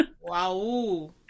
wow